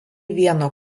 vieno